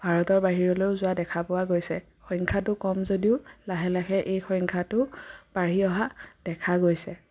ভাৰতৰ বাহিৰলৈও যোৱা দেখা পোৱা গৈছে সংখ্যাটো কম যদিও লাহে লাহে এই সংখ্যাটোও বাঢ়ি অহা দেখা গৈছে